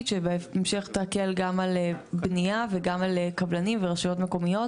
שבהמשך תקל גם על בנייה וגם על קבלנים ורשויות מקומיות